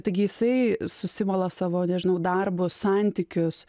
taigi jisai susimala savo nežinau darbus santykius